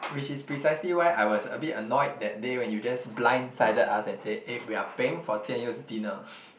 which is precisely why I was a bit annoyed that day when you just blindsided us and said eh we are paying for Jian-Yong's dinner